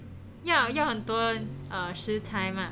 要要很很多 uh 食材 mah